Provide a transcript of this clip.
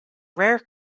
rare